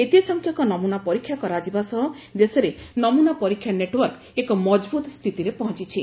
ଏତେସଂଖ୍ୟକ ନମ୍ମନା ପରୀକ୍ଷା କରାଯିବା ସହ ଦେଶରେ ନମୂନା ପରୀକ୍ଷା ନେଟୱାର୍କ ଏକ ମଜଭୁତ ସ୍ଥିତିରେ ପହଞ୍ଚିଛି